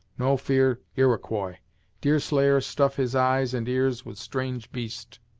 no fear iroquois deerslayer stuff his eyes and ears with strange beast.